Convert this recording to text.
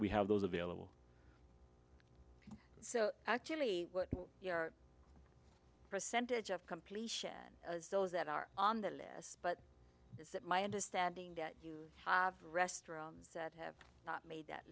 we have those available so actually your percentage of completion those that are on the list but is that my understanding that you have restaurants that have not made that